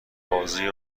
بازوی